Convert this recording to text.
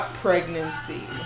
pregnancy